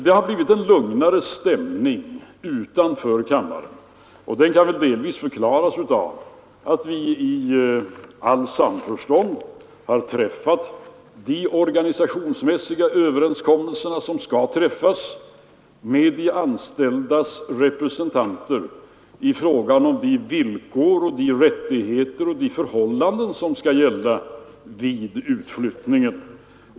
Det har blivit en lugnare stämning utanför kammaren, och det kan väl delvis förklaras av att vi helt i samförstånd har träffat de organisationsmässiga överenskommelserna som skall träffas med de anställdas representanter i fråga om de villkor, rättigheter och förhållanden som skall gälla vid utflyttningen.